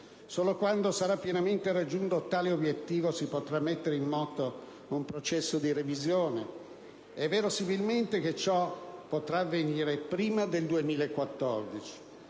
Solo quando sarà pienamente raggiunto tale obiettivo si potrà mettere in moto un processo di revisione. Verosimilmente, ciò non potrà avvenire prima del 2014;